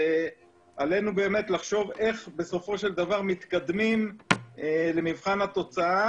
ועלינו באמת לחשוב איך בסופו של דבר מתקדם למבחן התוצאה.